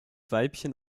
weibchen